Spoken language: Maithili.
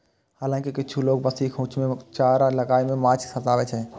हालांकि किछु लोग बंशीक हुक मे चारा लगाय कें माछ फंसाबै छै